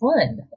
fun